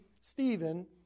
Stephen